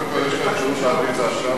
קודם כול יש לך אפשרות להביא את זה עכשיו,